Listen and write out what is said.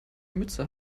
mütze